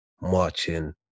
marching